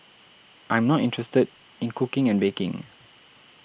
I'm not interested in cooking and baking